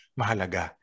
mahalaga